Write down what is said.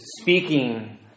speaking